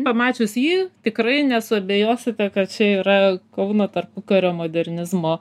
pamačius jį tikrai nesuabejosite čia yra kauno tarpukario modernizmo